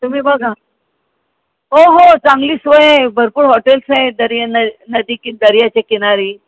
तुम्ही बघा हो हो चांगली सोय आहे भरपूर हॉटेल्स आहे दरियन नदी की दर्याच्या किनारी